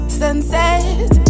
sunset